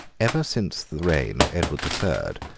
ever since the reign of edward the third,